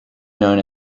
known